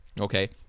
Okay